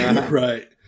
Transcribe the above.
right